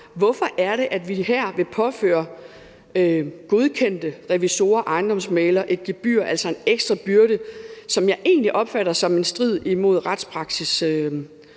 hvorfor det er, at vi her vil påføre godkendte revisorer og ejendomsmæglere et gebyr, altså en ekstra byrde, som jeg egentlig opfatter som værende i strid med retspraksis